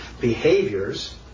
behaviors